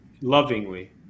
lovingly